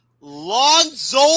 Lonzo